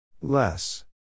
Less